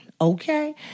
okay